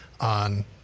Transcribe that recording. on